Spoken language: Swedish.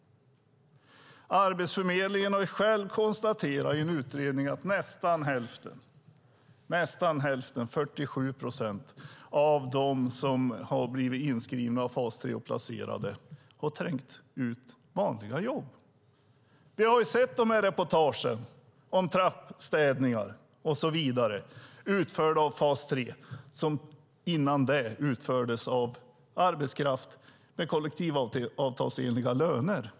Arbetsförmedlingen har själv konstaterat i en utredning att nästan hälften, 47 procent, av dem som har blivit inskrivna och placerade i fas 3 har trängt ut vanliga jobb. Vi har sett reportagen om trappstädningar och så vidare utförda av inskrivna i fas 3, som tidigare utfördes av arbetskraft med kollektivavtalsenliga löner.